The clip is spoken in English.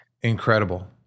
Incredible